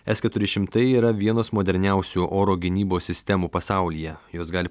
s keturi šimtai yra vienas moderniausių oro gynybos sistemų pasaulyje jos gali